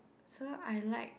so I like